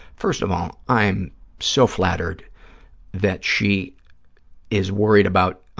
first of all, i am so flattered that she is worried about